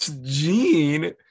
Gene